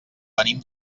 venim